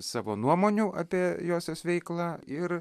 savo nuomonių apie josios veiklą ir